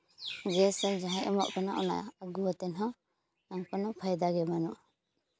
gas ᱚᱱᱟ ᱡᱟᱦᱟᱸᱭ ᱮᱢᱚᱜ ᱠᱟᱱᱟ ᱚᱱᱟ ᱟᱹᱜᱩ ᱠᱟᱛᱮ ᱦᱚᱸ ᱠᱳᱱᱳ ᱯᱷᱟᱭᱫᱟ ᱜᱮ ᱵᱟᱹᱱᱩᱜᱼᱟ